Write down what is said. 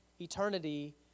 eternity